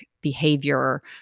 behavior